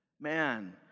man